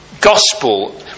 gospel